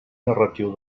narratiu